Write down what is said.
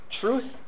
truth